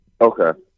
Okay